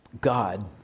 God